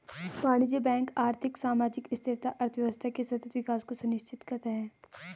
वाणिज्यिक बैंक आर्थिक, सामाजिक स्थिरता, अर्थव्यवस्था के सतत विकास को सुनिश्चित करता है